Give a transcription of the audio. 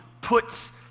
puts